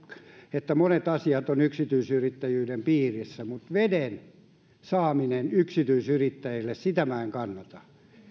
että monet asiat ovat yksityisyrittäjyyden piirissä mutta veden saamista yksityisyrittäjille en kannata